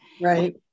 Right